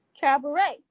cabaret